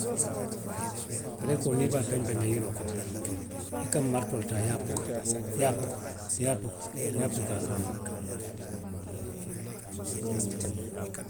Pereekoo niŋ i be a penpeŋ na yiroo kono, i ka maritoo le taa i ye a puka, i ye a puka, i ye a puka, a ka duŋ ne.